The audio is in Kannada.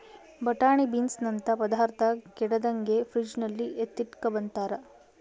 ಬಟಾಣೆ ಬೀನ್ಸನಂತ ಪದಾರ್ಥ ಕೆಡದಂಗೆ ಫ್ರಿಡ್ಜಲ್ಲಿ ಎತ್ತಿಟ್ಕಂಬ್ತಾರ